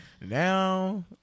Now